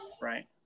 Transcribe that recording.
Right